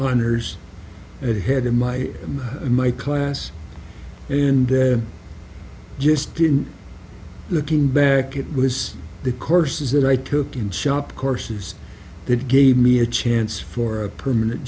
honors and had in my in my class and just didn't looking back it was the courses that i took in shop courses that gave me a chance for a permanent